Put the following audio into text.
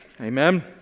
Amen